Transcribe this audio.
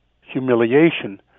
humiliation